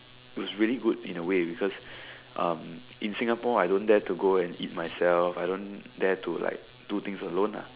it was really good in a way because um in Singapore I don't dare to go and eat myself I don't dare to like do things alone lah